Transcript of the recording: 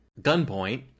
gunpoint